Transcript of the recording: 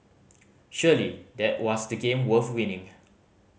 surely that was the game worth winning